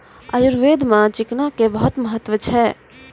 आयुर्वेद मॅ चिकना के बहुत महत्व छै